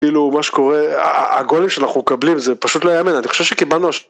כאילו מה שקורה, הגולים שאנחנו מקבלים זה פשוט לא יאמן, אני חושב שקיבלנו...